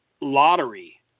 lottery